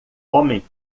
homem